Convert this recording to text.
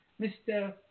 Mr